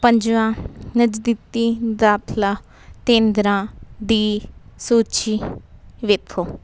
ਪੰਜਵਾਂ ਨਜ਼ਦੀਕੀ ਦਾਖਲਾ ਕੇਂਦਰਾਂ ਦੀ ਸੂਚੀ ਵੇਖੋ